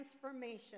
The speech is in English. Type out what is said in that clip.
transformation